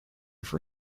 for